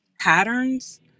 patterns